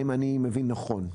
האם אני מבין נכון?